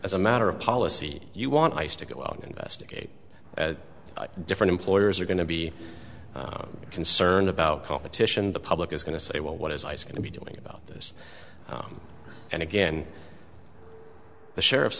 as a matter of policy you want ice to go out and investigate different employers are going to be concerned about competition the public is going to say well what is ice going to be doing about this and again the sheriff's